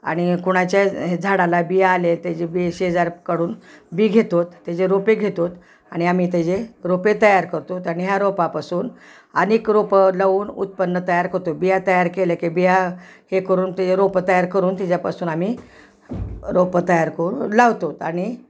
आणि कोणाच्या झाडाला बिया आले त्याज बि शेजारकडून बि घेतो त्याजे रोपे घेतोत आणि आम्ही त्याचे रोपे तयार करतो आणि ह्या रोपापासून अनेक रोपं लावून उत्पन्न तयार करतो बिया तयार केले की बिया हे करून ते रोपं तयार करून तिच्यापासून आम्ही रोपं तयार करून लावतो आणि